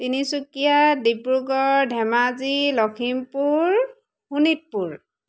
Tinsukia Dibrugarh Dhemaji Lakhimpur Sonitpur